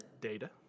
Data